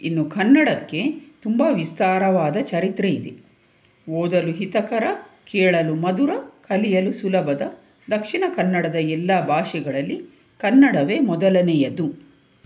ಇನ್ನು ಕನ್ನಡಕ್ಕೆ ತುಂಬ ವಿಸ್ತಾರವಾದ ಚರಿತ್ರೆ ಇದೆ ಓದಲು ಹಿತಕರ ಕೇಳಲು ಮಧುರ ಕಲಿಯಲು ಸುಲಭದ ದಕ್ಷಿಣ ಕನ್ನಡದ ಎಲ್ಲ ಭಾಷೆಗಳಲ್ಲಿ ಕನ್ನಡವೇ ಮೊದಲನೆಯದು